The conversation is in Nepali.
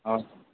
हवस्